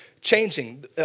changing